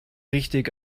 richtig